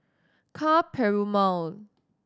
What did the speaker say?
Ka Perumal